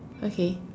okay